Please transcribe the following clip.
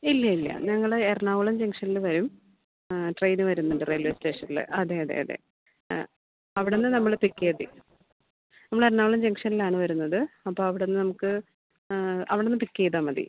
ഇല്ലില്ല ഞങ്ങൾ എറണാകുളം ജംഗ്ഷനിൽ വരും ട്രെയിൻ വരുന്നുണ്ട് റെയിൽവേ സ്റ്റേഷനിൽ അതെ അതെ അതെ അവിടുന്ന് നമ്മളെ പിക്ക് ചെയ്താൽ മതി നമ്മൾ എറണാകുളം ജംഗ്ഷനിലാണ് വരുന്നത് അപ്പോൾ അവിടുന്ന് നമുക്ക് അവിടുന്ന് പിക്ക് ചെയ്താൽ മതി